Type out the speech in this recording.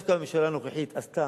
דווקא הממשלה הנוכחית עשתה